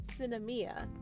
Cinemia